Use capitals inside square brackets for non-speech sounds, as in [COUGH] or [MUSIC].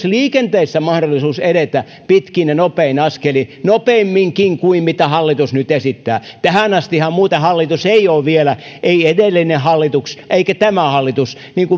[UNINTELLIGIBLE] liikenteessä mahdollisuus edetä pitkin ja nopein askelin nopeamminkin kuin mitä hallitus nyt esittää tähän astihan muuten hallitus ei ole vielä ei edellinen hallitus eikä tämä hallitus